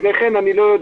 לפני כן.